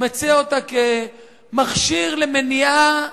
מציע אותה כמכשיר למניעה,